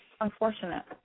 unfortunate